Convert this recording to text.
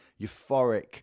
euphoric